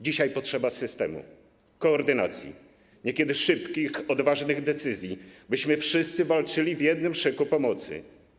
Dzisiaj potrzeba systemu, koordynacji, niekiedy szybkich, odważnych decyzji, byśmy wszyscy walczyli w jednym szyku pomocy.